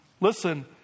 listen